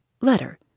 Letter